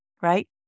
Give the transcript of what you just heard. right